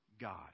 God